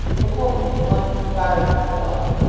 a woman. one varden's daughter